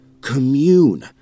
Commune